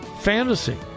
fantasy